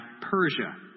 Persia